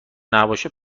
نباشه